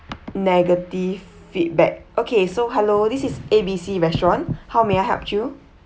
negative feedback okay so hello this is A B C restaurant how may I help you